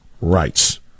rights